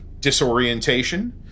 disorientation